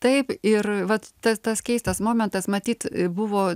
taip ir vat ta tas keistas momentas matyt buvo